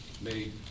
made